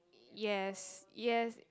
yes yes